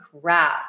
crap